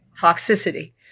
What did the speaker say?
toxicity